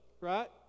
right